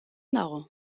dago